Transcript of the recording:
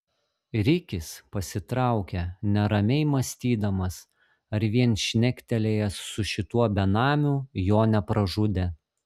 rikis pasitraukė neramiai mąstydamas ar vien šnektelėjęs su šituo benamiu jo nepražudė